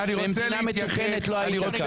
במדינה מתוקנת לא היית כאן.